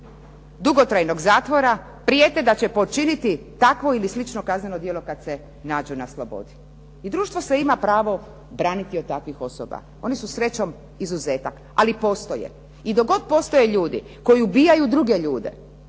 dugotrajnog zatvora prijete da će počiniti takvo ili slično kazneno djelo kad se nađu na slobodi. I društvo se ima pravo braniti od takvih osoba. Oni su srećom izuzetak, ali postoje. I dok god postoje ljudi koji ubijaju druge ljude